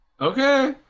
Okay